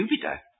Jupiter